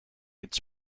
its